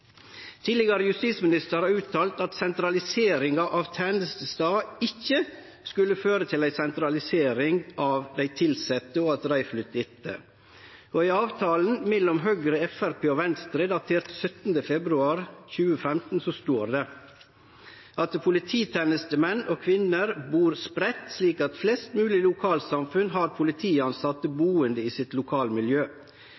Tidlegare justisminister har uttalt at sentralisering av tenestestad ikkje skulle føre til ei sentralisering av dei tilsette, at dei skulle flytte etter. I avtalen mellom Høgre, Framstegspartiet og Venstre, datert den 17. februar 2015, står det på side 7: «Polititjenestemenn og -kvinner bor spredt, slik at flest mulig lokalsamfunn har politiansatte